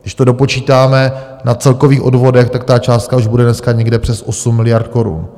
Když to dopočítáme na celkových odvodech, tak ta částka už bude dneska někde přes 8 miliard korun.